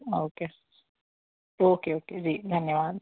okay okay okay ji धन्यवाद